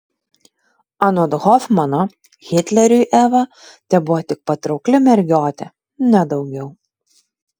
anot hofmano hitleriui eva tebuvo tik patraukli mergiotė ne daugiau